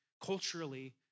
culturally